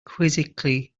quizzically